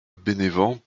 bénévent